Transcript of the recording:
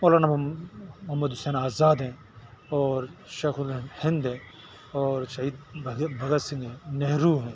مولانا محمد حسین آزاد ہیں اور شیخ الہند ہیں اور شہید بھگت بھگت سنگھ ہیں نہرو ہیں